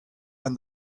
and